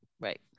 Right